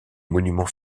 monuments